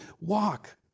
walk